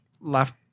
left